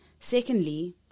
Secondly